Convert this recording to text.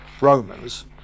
Romans